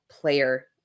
player